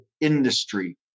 industry